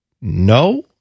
no